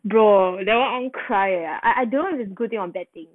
bro [that] one I want cry ah I I don't know if it's good thing or bad thing